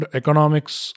economics